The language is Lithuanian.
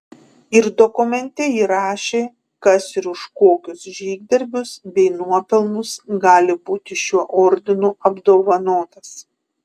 ir dokumente įrašė kas ir už kokius žygdarbius bei nuopelnus gali būti šiuo ordinu apdovanotas